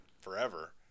forever